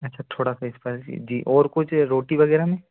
अच्छा थोड़ा सा इस्पाईसी जी और कुछ रोटी वग़ैरह में